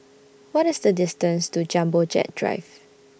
What IS The distance to Jumbo Jet Drive